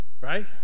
right